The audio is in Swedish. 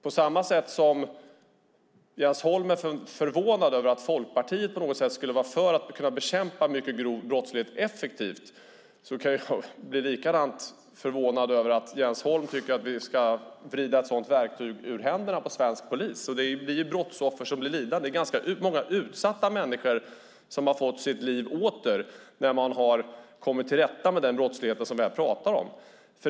På samma sätt som Jens Holm är förvånad för att Folkpartiet skulle vara emot att bekämpa mycket grov brottlighet effektivt är jag lika förvånad över att Jens Holm tycker att vi ska vrida ett sådant verktyg ur händerna på svensk polis. Det är brottsoffer som blir lidande. Det är ganska många utsatta människor som har fått sitt liv åter när man har kommit till rätta med den brottslighet som vi här talar om.